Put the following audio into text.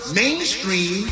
mainstream